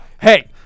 hey